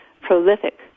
prolific